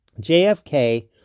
JFK